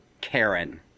Karen